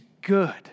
good